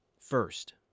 First